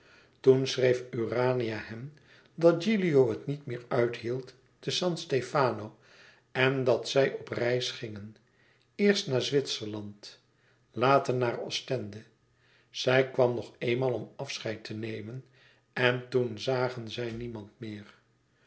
toen schreef urania hen dat gilio het niet meer uithield te san stefano en dat zij op reis gingen eerst naar zwitserland later naar ostende zij kwam nog eenmaal om afscheid te nemen en toen zagen zij niemand meer